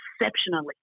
exceptionally